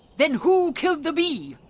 then who killed the bee?